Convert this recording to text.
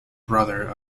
brother